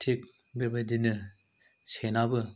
थिग बेबायदिनो सेनाबो